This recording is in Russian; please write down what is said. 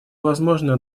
возможное